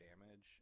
damage